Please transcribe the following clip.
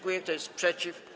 Kto jest przeciw?